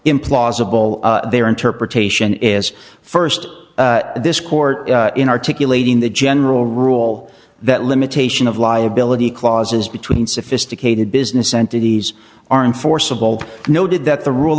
implausible their interpretation is st this court in articulating the general rule that limitation of liability clauses between sophisticated business entities are enforceable noted that the rule